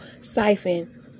siphon